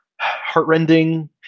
heartrending